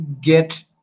get